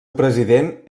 president